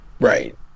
Right